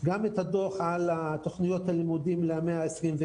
גם הדוח על תוכניות הלימודים למאה ה-21,